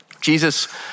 Jesus